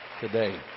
today